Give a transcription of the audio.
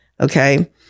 Okay